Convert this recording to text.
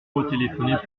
retéléphoner